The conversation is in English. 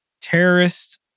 terrorists